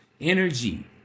Energy